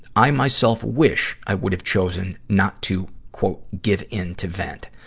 i, myself, wish, i would have chosen not to give in to vent.